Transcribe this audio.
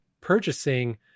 purchasing